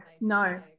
no